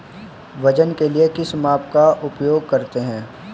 वजन के लिए किस माप का उपयोग करते हैं?